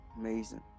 amazing